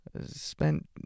spent